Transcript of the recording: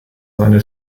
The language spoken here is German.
seine